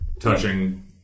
Touching